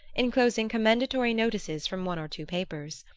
enclosing commendatory notices from one or two papers.